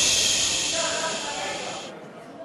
תגידי שהזדעזעת גם מהרצח.